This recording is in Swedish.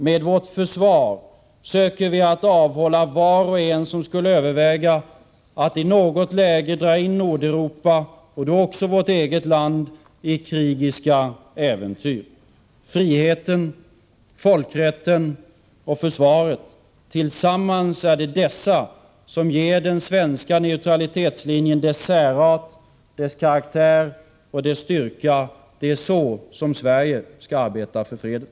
Med vårt försvar söker vi att avhålla var och en som skulle överväga att i något läge dra in Nordeuropa. och då också vårt land. i krigiska äventyr. Friheten, folkrätten och försvaret — tillsammans är det dessa som ger den svenska neutralitetslinjen dess särart, dess karaktär och dess styrka. Det är så som Sverige skall arbeta för freden.